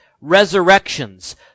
resurrections